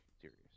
serious